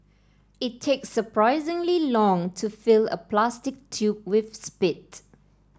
it takes surprisingly long to fill a plastic tube with spit